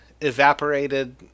evaporated